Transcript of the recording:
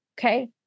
okay